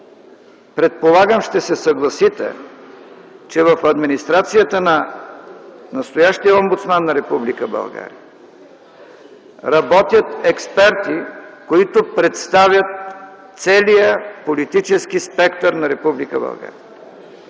Предполагам ще се съгласите, че в администрацията на настоящия омбудсман на Република България работят експерти, които представят целия политически спектър на